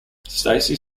stacey